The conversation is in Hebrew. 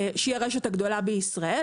שהיא הרשת הגדולה בישראל,